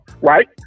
right